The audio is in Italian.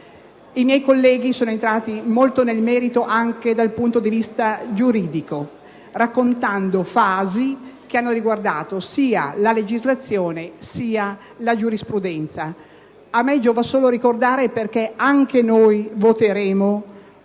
I miei colleghi sono entrati molto nel merito, anche dal punto di vista giuridico, raccontando fasi che hanno riguardato sia la legislazione sia la giurisprudenza. A me compete solo ricordare perché anche noi voteremo